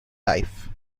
life